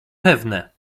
pewne